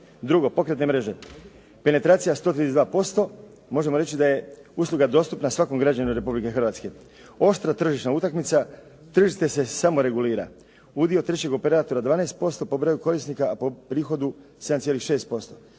Drugo, pokretne mreže. Penetracija 132%, možemo reći da je usluga dostupna svakom građaninu Republike Hrvatske. Oštra tržišna utakmica, tržište se samo regulira. Udio tržišnih operatora 12% po broju korisnika, a po prihodu 7,6%.